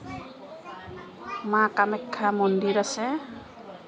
মা কামাখ্যা মন্দিৰ আছে